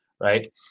right